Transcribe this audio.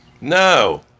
No